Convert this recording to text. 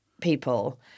people